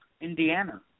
Indiana